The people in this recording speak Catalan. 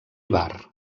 bar